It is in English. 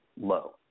low